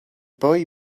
boy